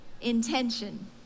intention